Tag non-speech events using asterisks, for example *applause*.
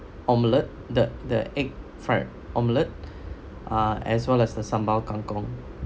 omelette the the egg fried omelette *breath* ah as well as the sambal kangkong